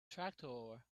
tractor